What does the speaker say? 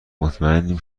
مطمیئنم